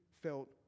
felt